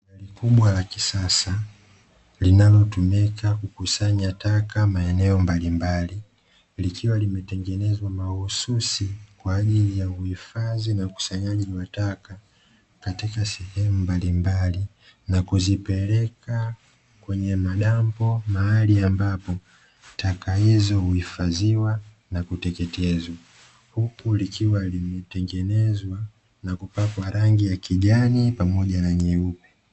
Kubwa la kisasa linalotumika kukusanya taka maeneo mbalimbali, likiwa limetengenezwa mahususi kwa ajili ya uhifadhi na ukusanyaji wa taka, katika sehemu mbalimbali, na kuzipeleka kwenye madampo mahali ambapo, taka hizo huhifadhiwa na kuteketezwa. Huku likiwa limetengenezwa, na kupakwa rangi ya kijani pamoja na nyeupe.